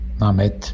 Namet